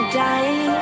die